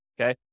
Okay